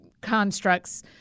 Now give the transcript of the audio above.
constructs